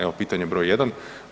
Evo, pitanje broj jedan.